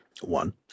One